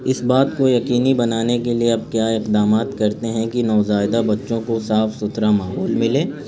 اس بات کو یقینی بنانے کے لیے اب کیا اقدامات کرتے ہیں کہ نوزائیدہ بچوں کو صاف ستھرا ماحول ملے